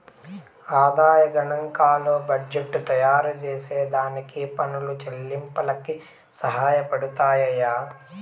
ఆదాయ గనాంకాలు బడ్జెట్టు తయారుచేసే దానికి పన్ను చెల్లింపులకి సహాయపడతయ్యి